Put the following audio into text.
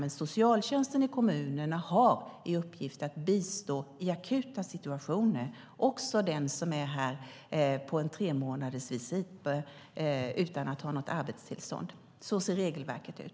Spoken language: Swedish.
Men socialtjänsten i kommunerna har i uppgift att bistå i akuta situationer, också dem som är här på en tremånadersvisit utan att ha något arbetstillstånd. Så ser regelverket ut.